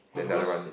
then the other one is